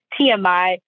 TMI